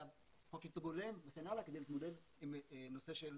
חוק ייצוג הולם וכן הלאה כדי להתמודד עם נושא של